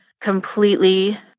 completely